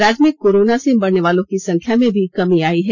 राज्य में कोरोना से मरनेवालों की संख्या में भी कमी आयी है